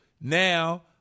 Now